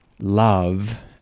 love